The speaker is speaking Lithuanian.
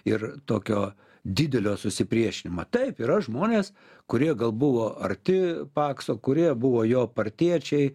ir tokio didelio susipriešinimo taip yra žmonės kurie gal buvo arti pakso kurie buvo jo partiečiai